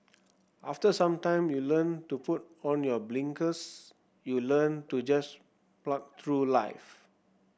after some time you learn to put on your blinkers you learn to just plough through life